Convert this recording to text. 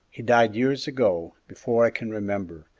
he died years ago before i can remember,